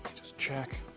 just check.